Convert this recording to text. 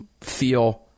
Feel